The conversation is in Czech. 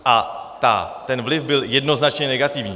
A ten vliv byl jednoznačně negativní.